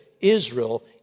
Israel